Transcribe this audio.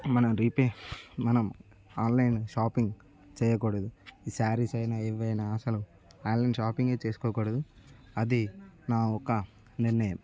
మనం రీపే మనం ఆన్లైన్ షాపింగ్ చేయ్యకూడదు ఈ శారీస్ అయినా ఏమైనా అసలు ఆన్లైన్ షాపింగే చేసుకోకూడదు అది నా ఒక నిర్ణయం